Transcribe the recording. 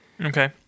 Okay